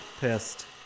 Pissed